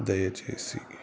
దయచేసి